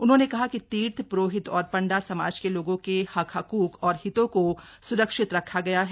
उन्होंने कहा कि तीर्थ प्रोहित और पण्डा समाज के लोगों के हक हकूक और हितों को स्रक्षित रखा गया है